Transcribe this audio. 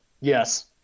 Yes